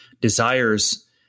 desires